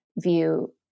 view